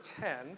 ten